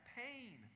pain